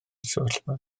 sefyllfa